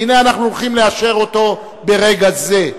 והנה אנחנו הולכים לאשר אותו ברגע זה.